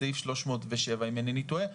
בסעיף 307 אם אינני טועה,